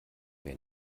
wer